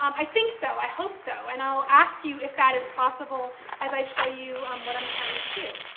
um i think so, i hope so, and i'll ask you if that is possible as i show you um what i'm trying to do.